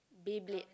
Beyblade